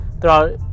throughout